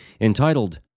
entitled